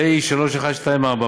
פ/3124.